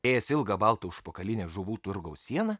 ėjęs ilgą baltą užpakalinę žuvų turgaus sieną